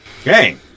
Okay